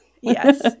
Yes